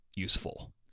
useful